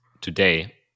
today